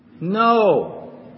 No